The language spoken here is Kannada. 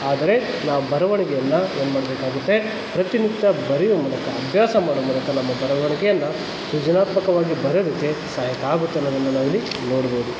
ಆದರೆ ನಾವು ಬರವಣಿಗೆಯನ್ನು ಏನ್ಮಾಡ್ಬೇಕಾಗುತ್ತೆ ಪ್ರತಿನಿತ್ಯ ಬರೆಯುವ ಮೂಲಕ ಅಭ್ಯಾಸ ಮಾಡೋ ಮೂಲಕ ನಮ್ಮ ಬರವಣಿಗೆಯನ್ನು ಸೃಜನಾತ್ಮಕವಾಗಿ ಬರ್ಯೋದಕ್ಕೆ ಸಹಾಯಕ ಆಗುತ್ತೆ ಅನ್ನೋದನ್ನು ನಾವಿಲ್ಲಿ ನೋಡ್ಬೋದು